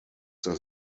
das